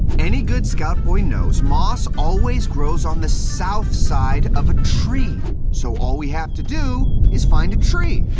any good scout boy knows moss always grows on the south side of a tree, so all we have to do is find a tree.